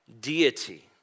deity